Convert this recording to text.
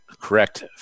correct